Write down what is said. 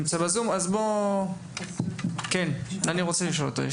אז כן, אני רוצה לשאול אותו.